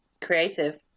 creative